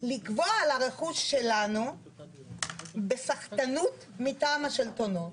לקבוע על הרכוש שלנו בסחטנות מטעם השלטונות.